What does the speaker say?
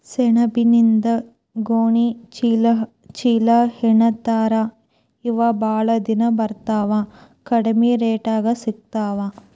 ಸೆಣಬಿನಿಂದ ಗೋಣಿ ಚೇಲಾಹೆಣಿತಾರ ಇವ ಬಾಳ ದಿನಾ ಬರತಾವ ಕಡಮಿ ರೇಟದಾಗ ಸಿಗತಾವ